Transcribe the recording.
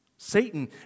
Satan